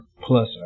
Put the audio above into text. Plus